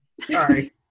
sorry